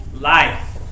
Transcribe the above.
life